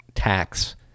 Tax